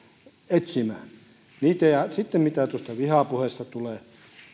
sitten mitä tuohon vihapuheeseen tulee